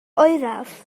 oeraf